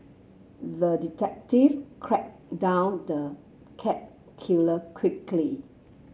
the detective down the cat killer quickly